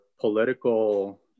political